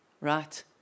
right